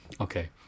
okay